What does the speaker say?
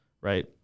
Right